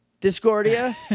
Discordia